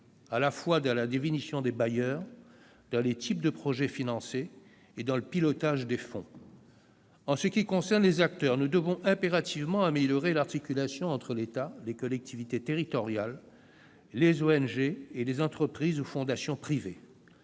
à la fois dans la définition des bailleurs, dans les types de projets financés et dans le pilotage des fonds. En ce qui concerne les acteurs, nous devons impérativement améliorer l'articulation entre l'État, les collectivités territoriales, les ONG et les entreprises ou fondations privées.